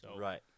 Right